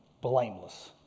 blameless